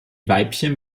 weibchen